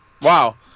Wow